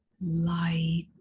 light